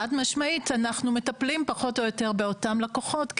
אבל אנחנו חד-משמעית כן מטפלים פחות או יותר באותם לקוחות,